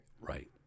Right